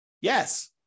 Yes